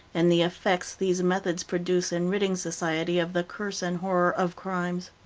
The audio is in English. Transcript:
and the effects these methods produce in ridding society of the curse and horror of crimes.